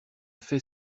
fait